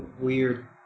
weird